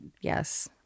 Yes